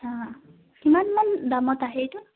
অঁ কিমানমান দামত আহে সেইটো